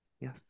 Yes